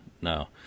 No